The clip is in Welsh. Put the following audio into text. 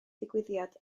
ddigwyddiad